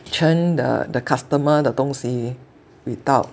churn the the customer 的东西 without